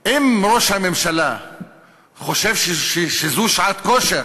אם ראש הממשלה חושב שזו שעת כושר